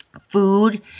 food